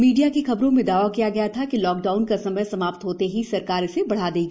media की खबरों में दावा किया था कि लॉकडाउन का समय समाप्त होते ही सरकार इसे बढा देगी